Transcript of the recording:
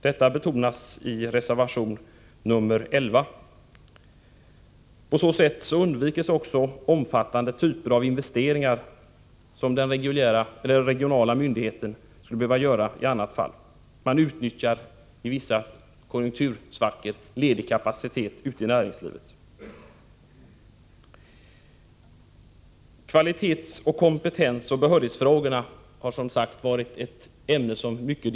Detta betonas i reservation nr 11. På så sätt undviks också omfattande investeringar som den regionala myndighe 119 ten i annat fall skulle behöva göra. Man utnyttjar i vissa konjunktursvackor ledig kapacitet ute i näringslivet. Kvalitets-, kompetensoch behörighetsfrågorna har som sagt diskuterats mycket.